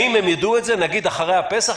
האם הם יידעו את זה נגיד אחרי הפסח?